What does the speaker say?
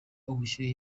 ubushyuhe